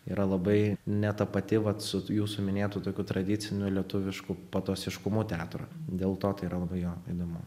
yra labai ne ta pati vat su jūsų minėtu tokiu tradiciniu lietuvišku patosiškumu teatro dėl to tai yra jo įdomu